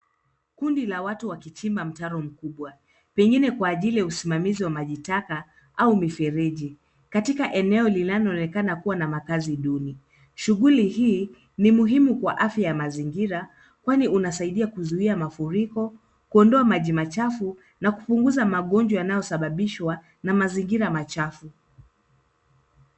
Kundi la watu wakichimba mtaro mkubwa. Pengine kwa usimamizi wa majitaka au mifereji katika eneo linaloonekana kuwa na makazi duni. Shughuli hii ni muhimu kwa afya ya mazingira kwani unasaidia kuzuia mafuriko, kuondoa maji machafu na kupunguza magonjwa yanayosababishwa na mazingira machafu.